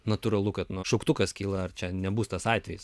natūralu kad nuo šauktukas kyla ar čia nebus tas atvejis